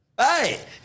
hey